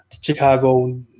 Chicago